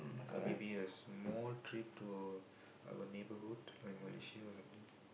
mm or maybe a small trip to our neighbourhood like Malaysia or something